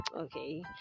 Okay